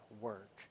work